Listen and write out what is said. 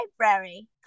Library